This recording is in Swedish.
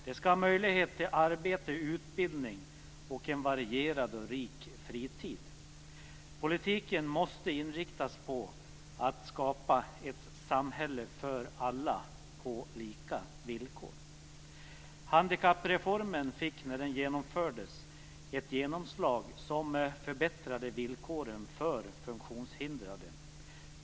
De skall ha möjlighet till arbete och utbildning och till en varierad och rik fritid. Politiken måste inriktas på att skapa ett samhälle för alla på lika villkor. Handikappreformen fick när den genomfördes ett genomslag som förbättrade villkoren för funktionshindrade.